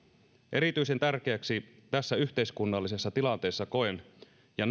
erityisen tärkeäksi tässä yhteiskunnallisessa tilanteessa koen ja